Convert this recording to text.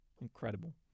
Incredible